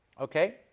Okay